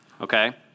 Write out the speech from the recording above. Okay